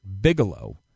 Bigelow